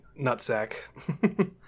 nutsack